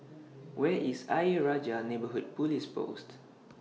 Where IS Ayer Rajah Neighbourhood Police Post